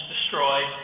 destroyed